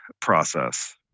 process